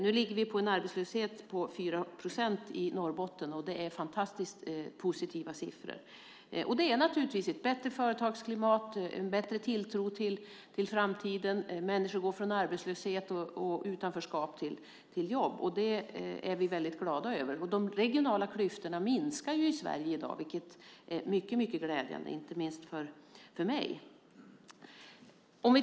Nu ligger Norrbotten på en arbetslöshet på 4 procent, och det är en fantastiskt positiv siffra. Det är naturligtvis ett bättre företagsklimat och en större tilltro till framtiden. Människor går från arbetslöshet och utanförskap till jobb. Det är vi väldigt glada över. Och de regionala klyftorna minskar i Sverige i dag, vilket är mycket glädjande inte minst för mig.